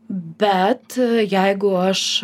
bet jeigu aš